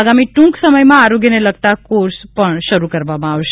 આગામી ટ્રંક સમયમાં આરોગ્યને લગતા કોર્ષ શરૂ કરવામાં આવશે